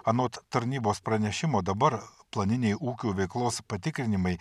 anot tarnybos pranešimo dabar planiniai ūkių veiklos patikrinimai